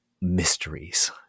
mysteries